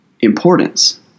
importance